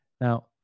Now